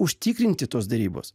užtikrinti tos derybos